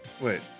wait